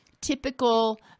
typical